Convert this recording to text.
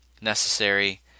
necessary